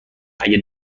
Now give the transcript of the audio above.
اگه